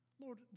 Lord